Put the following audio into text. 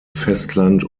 festland